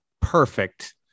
Perfect